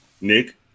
Nick